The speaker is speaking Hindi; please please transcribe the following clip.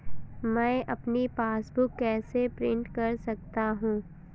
मैं अपनी पासबुक कैसे प्रिंट कर सकता हूँ?